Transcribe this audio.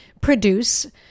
produce